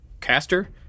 caster